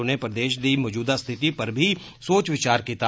उनें प्रदेष दी मौजूदा स्थिति पर बी सोच विचार कीता